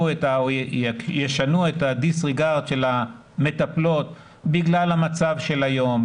אם ישנו את הדיס-ריגארד של המטפלות בגלל המצב של היום,